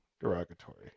derogatory